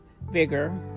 vigor